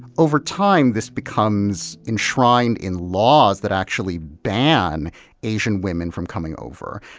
over time this becomes enshrined in laws that actually ban asian women from coming over.